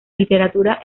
literatura